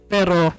Pero